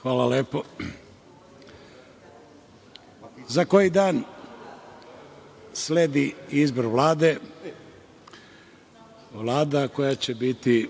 Hvala lepo.Za koji dan sledi izbor Vlade, Vlada koja će biti